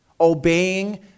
obeying